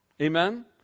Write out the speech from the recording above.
Amen